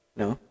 no